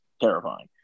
terrifying